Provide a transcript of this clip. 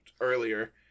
earlier